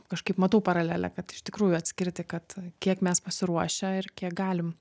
kažkaip matau paralelę kad iš tikrųjų atskirti kad kiek mes pasiruošę ir kiek galim